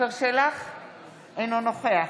אינו נוכח